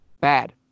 Bad